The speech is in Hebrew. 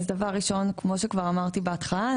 כמו שכבר אמרתי בהתחלה,